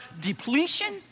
depletion